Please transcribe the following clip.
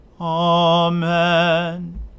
Amen